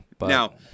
Now